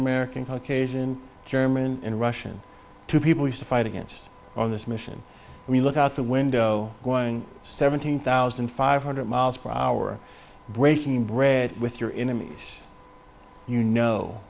american caucasian german and russian two people used to fight against on this mission we look out the window going seventeen thousand five hundred miles per hour breaking bread with your enemies you know